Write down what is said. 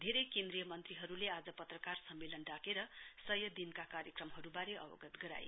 धेरै कैन्द्रीय मन्त्रीहरूले आज पत्रकार सम्मेलन डाकेर सय दिनका कार्यक्रमहरूबारे अवगत गराए